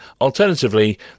Alternatively